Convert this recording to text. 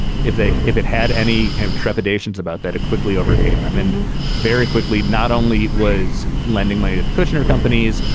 if they if it had any kind of trepidations about that, it quickly overcame them. and very quickly, not only was lending money to the kushnir companies,